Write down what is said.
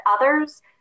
others